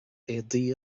éadaí